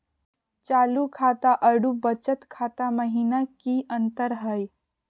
चालू खाता अरू बचत खाता महिना की अंतर हई?